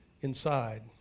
inside